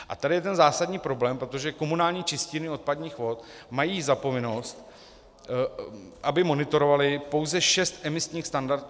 A tady je ten zásadní problém, protože komunální čistírny odpadních vod mají za povinnost, aby monitorovaly pouze šest emisních standardů.